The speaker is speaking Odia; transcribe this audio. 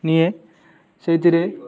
ନିଏ ସେଇଥିରେ